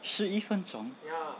是十一分钟